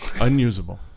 unusable